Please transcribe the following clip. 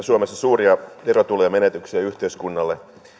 suomessa suuria verotulojen menetyksiä yhteiskunnalle